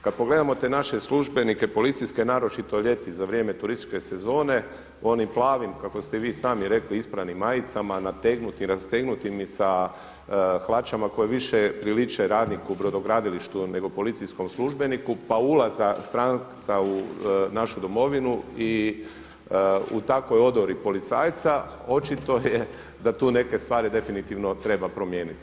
Kad pogledamo te naše službenike policijske, naročito ljeti za vrijeme turističke sezone, u onim plavim kako ste vi sami rekli ispranim majicama, nategnutim, rastegnutim i sa hlačama koje više priliče radniku u brodogradilištu nego policijskom službeniku, pa ulaza stranca u našu domovinu i u takvoj odori policajca, očito je da tu neke stvari definitivno treba promijeniti.